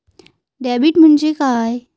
Debit म्हणजे काय?